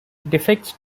defects